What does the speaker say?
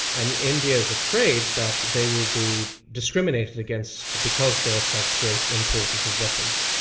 and india is afraid that they will be discriminated against because they are such great importers of weapons.